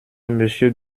monsieur